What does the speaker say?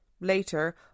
later